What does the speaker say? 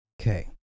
Okay